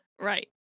Right